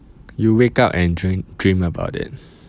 you wake up and dream dream about it